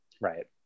Right